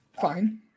fine